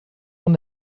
are